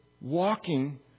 walking